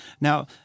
Now